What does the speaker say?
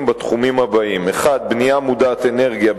בתחומים הבאים: 1. בנייה מודעת-אנרגיה,